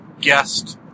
guest